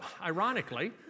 ironically